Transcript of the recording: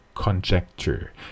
conjecture